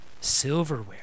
silverware